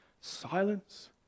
silence